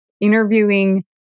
interviewing